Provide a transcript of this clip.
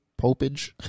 popage